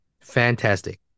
fantastic